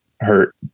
hurt